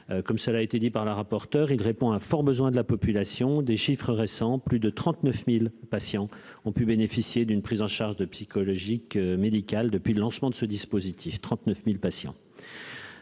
comme ça l'a été dit par la rapporteure, il répond un fort besoin de la population des chiffres récents, plus de 39000 patients ont pu bénéficier d'une prise en charge de psychologique, médicale depuis le lancement de ce dispositif, 39000 patients.